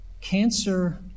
Cancer